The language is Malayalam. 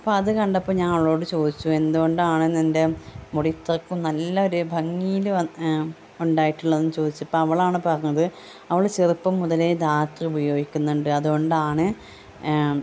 അപ്പോള് അത് കണ്ടപ്പോൾ ഞാൻ അവളോട് ചോദിച്ചു എന്തുകൊണ്ടാണ് നിൻ്റെ മുടി ഇത്രയ്ക്കും നല്ലൊരു ഭംഗിയില് ഉണ്ടായിട്ടുള്ള ചോദിച്ചപ്പോള് അവളാണ് പറഞ്ഞത് അവൾ ചെറുപ്പം മുതലേ ധാത്രി ഉപയോഗിക്കുന്നുണ്ട് അതുകൊണ്ടാണ്